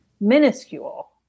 Minuscule